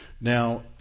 Now